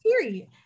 period